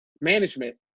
management